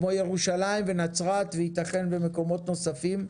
כמו ירושלים ונצרת, וייתכן שגם במקומות נוספים,